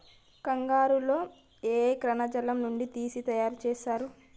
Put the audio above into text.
కంగారు లో ఏ కణజాలం నుండి తీసి తయారు చేస్తారు?